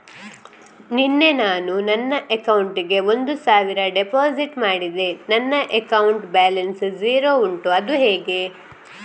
ನಿನ್ನೆ ನಾನು ನನ್ನ ಅಕೌಂಟಿಗೆ ಒಂದು ಸಾವಿರ ಡೆಪೋಸಿಟ್ ಮಾಡಿದೆ ನನ್ನ ಅಕೌಂಟ್ ಬ್ಯಾಲೆನ್ಸ್ ಝೀರೋ ಉಂಟು ಅದು ಹೇಗೆ?